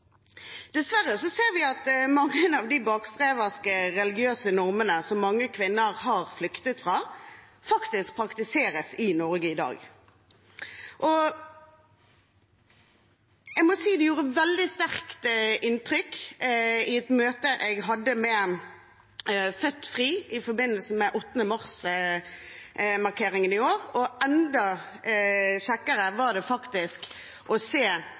Dessverre ser vi at mange av de bakstreverske, religiøse normene som mange kvinner har flyktet fra, faktisk praktiseres i Norge i dag. Jeg må si det gjorde veldig sterkt inntrykk, et møte jeg hadde med Født Fri i forbindelse med 8. mars-markeringen i år. Enda kjekkere var det å se